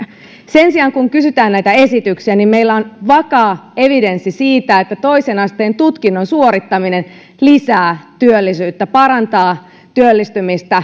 sen sijaan kun kysytään esityksiä meillä on vakaa evidenssi siitä että toisen asteen tutkinnon suorittaminen lisää työllisyyttä parantaa työllistymistä